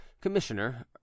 Commissioner